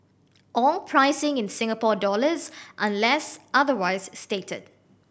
all pricing in Singapore dollars unless otherwise stated